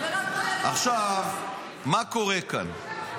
--- זה רק מראה לנו --- עכשיו מה קורה כאן,